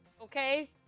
okay